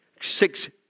six